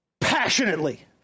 passionately